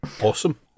Awesome